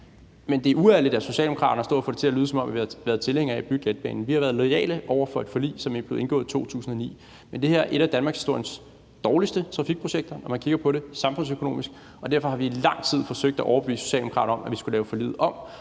men det er uærligt af Socialdemokraterne at stå og få det til at lyde, som om vi var tilhængere af at få bygget letbanen. Vi har været loyale over for et forlig, som blev indgået i 2009, men det her er et af danmarkshistoriens dårligste trafikprojekter, når man kigger på det samfundsøkonomisk, og derfor har vi i lang tid forsøgt at overbevise Socialdemokraterne om, at vi skulle lave forliget om.